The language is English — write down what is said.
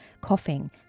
coughing